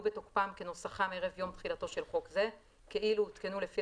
בתוקפם כנוסחם ערב יום תחילתו של חוק זה כאילו הותקנו לפי